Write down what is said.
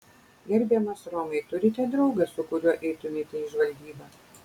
gerbiamas romai turite draugą su kuriuo eitumėte į žvalgybą